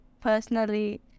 personally